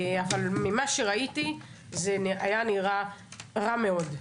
אבל ממה שראיתי זה היה נראה רע מאוד.